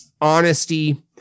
honesty